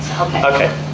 Okay